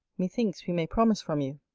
methinks, we may promise from you,